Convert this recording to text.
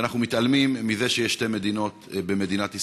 כשאנחנו מתעלמים שיש שתי מדינות במדינת ישראל: